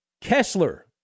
Kessler